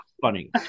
funny